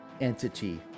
entity